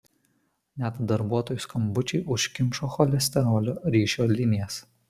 net darbuotojų skambučiai užkimšo cholesterolio ryšio linijas